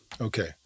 Okay